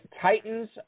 titans